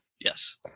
Yes